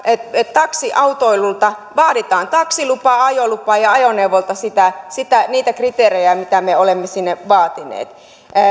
taksiautoilulta vaaditaan taksilupa ajolupa ja ajoneuvolta niitä kriteerejä mitä me olemme sinne vaatineet